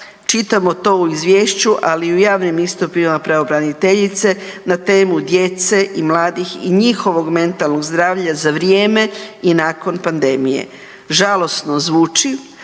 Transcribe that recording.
čitamo to u izvješću, ali i u javnim istupima pravobraniteljice na temu djece i mladih i njihovog mentalnog zdravlja za vrijeme i nakon pandemije. Žalosno zvuči